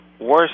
worse